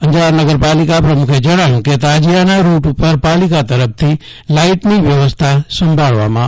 અંજાર નગરપાલિકા પ્રમુખે જણાવ્યું કે તાજિયાના રૂટ ઉપર પાલિકા તરફથી લાઇટની વ્યવસ્થા સંભાળવામાં આવશે